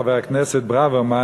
חבר הכנסת ברוורמן,